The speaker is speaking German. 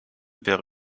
wäre